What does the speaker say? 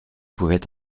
pouvait